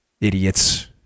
Idiots